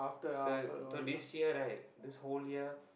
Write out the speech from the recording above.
so so this year right this whole year